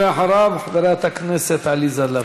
ואחריו, חברת הכנסת עליזה לביא.